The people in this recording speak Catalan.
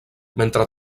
mentre